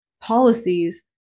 policies